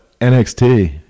NXT